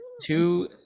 Two